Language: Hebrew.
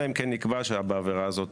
אלא אם כן נקבע שבעבירה הזאת